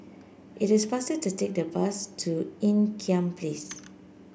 it is faster to take the bus to Ean Kiam Place